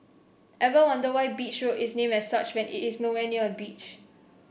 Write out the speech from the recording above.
ever wonder why Beach Road is named as such when it is nowhere near a beach